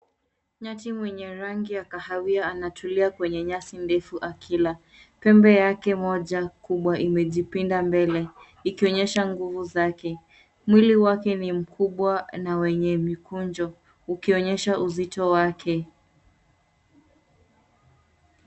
Nyati mwenye rangi ya kahawia anatulia kwenye nyasi ndefu akila. Pembe yake moja kubwa imejipinda mbele , ikionyesha nguvu yake. Mwili wake ni mkubwa na wenye mikunjo, ukionyesha uzito wake.